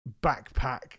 backpack